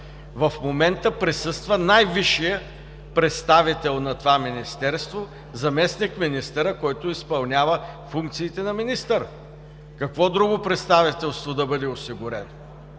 В момента присъства най-висшият представител на това министерство – заместник-министърът, който изпълнява функциите на министър. Какво друго представителство да бъде осигурено?